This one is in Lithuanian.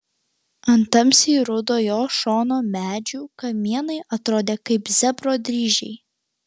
ant tamsiai rudo jo šono medžių kamienai atrodė kaip zebro dryžiai